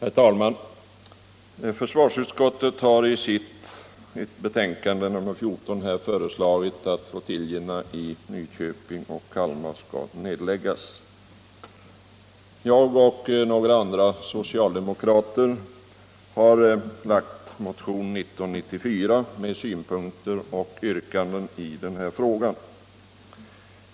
Herr talman! Försvarsutskottet har i sitt betänkande nr 14 föreslagit att flottiljerna i Nyköping och Kalmar skall nedläggas. Jag och några andra socialdemokrater har lagt fram motionen 1994 med synpunkter och yrkanden i den här frågan.